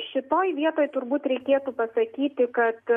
šitoj vietoj turbūt reikėtų pasakyti kad